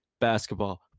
basketball